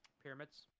pyramids